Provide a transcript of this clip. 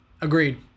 agreed